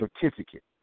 certificate